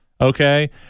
Okay